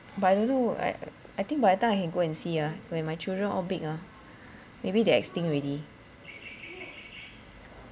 but I don't know I I think by the time I can go and see ah when my children all big ah maybe they extinct already